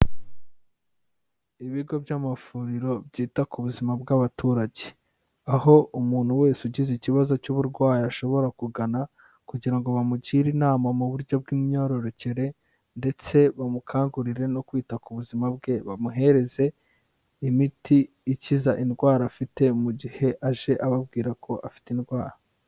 Ibigo by'amavuriro byita ku buzima bw'abaturage, aho umuntu wese ugize ikibazo cy'uburwayi ashobora kugana, kugira ngo bamugire inama mu buryo bw'imyororokere, ndetse bamukangurire no kwita ku buzima bwe, bamuhereze imiti ikiza indwara afite mu gihe aje ababwira ko afite indwara.